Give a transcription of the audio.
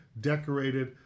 decorated